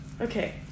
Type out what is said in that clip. okay